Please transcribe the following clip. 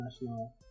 national